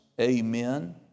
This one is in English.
Amen